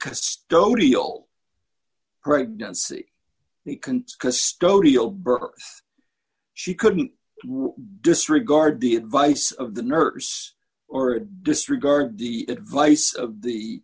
custodial pregnancy we can stow deal birth she couldn't disregard the advice of the nurse or disregard the advice of the